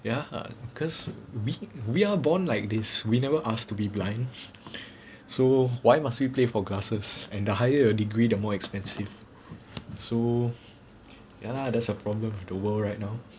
ya cause we we are born like this we never asked to be blind so why must we pay for glasses and the higher degree the more expensive so ya lah there's a problem with the world right now